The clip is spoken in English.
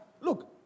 Look